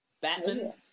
Batman